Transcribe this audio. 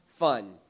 fun